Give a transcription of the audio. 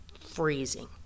freezing